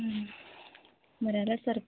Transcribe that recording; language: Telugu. మరెలా సార్ ఇప్పుడు